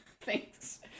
Thanks